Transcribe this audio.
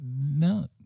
no